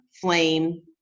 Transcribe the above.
flame